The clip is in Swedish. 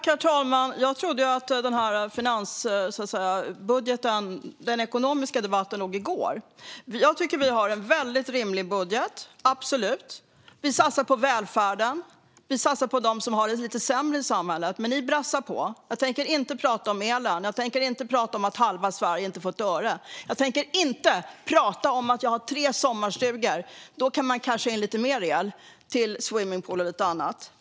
Herr talman! Jag trodde att den ekonomiska debatten var i går. Jag tycker absolut att vi har en väldigt rimlig budget. Vi satsar på välfärden. Vi satsar på dem som har det lite sämre i samhället. Men ni brassar på. Jag tänker inte prata om elen och om att halva Sverige inte får ett öre. Jag tänker inte prata om att den som har tre sommarstugor kan casha in lite mer elstöd till swimmingpool och lite annat.